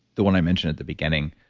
the one i mentioned at the beginning,